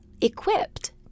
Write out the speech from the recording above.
equipped